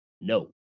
No